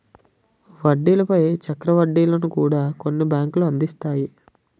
వడ్డీల పై చక్ర వడ్డీలను కూడా కొన్ని బ్యాంకులు అందిస్తాయి